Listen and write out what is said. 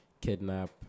kidnap